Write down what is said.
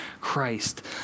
Christ